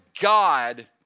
God